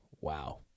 Wow